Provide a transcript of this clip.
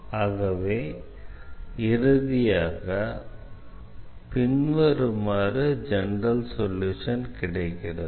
ஆகவே இறுதியாக பின்வருமாறு ஜெனரல் சொல்யூஷன் கிடைக்கிறது